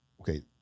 okay